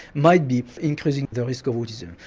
might be increasing the risk of autism.